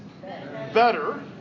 better